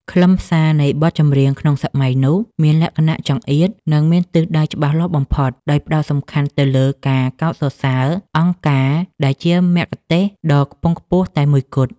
ខ្លឹមសារនៃបទចម្រៀងក្នុងសម័យនោះ មានលក្ខណៈចង្អៀត និងមានទិសដៅច្បាស់លាស់បំផុត ដោយផ្តោតសំខាន់ទៅលើការកោតសរសើរ អង្គការ ដែលជាមគ្គុទ្ទេសក៍ដ៏ខ្ពង់ខ្ពស់តែមួយគត់។